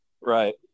Right